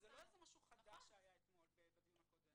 זה לא משהו חדש שהיה בדיון הקודם.